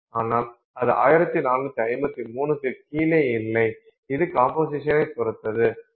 ஆனால் அது 1453 க்கு கீழே இல்லை இது கம்போசிஷனைப் பொறுத்தது